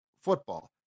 football